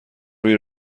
روی